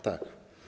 Tak.